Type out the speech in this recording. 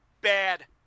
bad